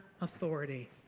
authority